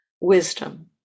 wisdom